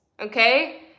okay